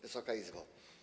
Wysoka Izbo!